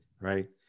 Right